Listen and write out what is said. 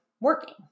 working